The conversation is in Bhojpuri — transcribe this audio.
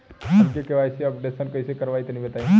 हम के.वाइ.सी अपडेशन कइसे करवाई तनि बताई?